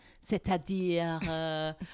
C'est-à-dire